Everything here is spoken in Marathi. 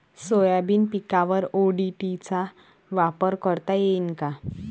सोयाबीन पिकावर ओ.डी.टी चा वापर करता येईन का?